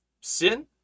sin